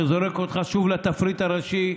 שזורק אותך שוב לתפריט הראשי,